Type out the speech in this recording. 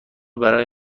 برای